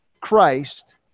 Christ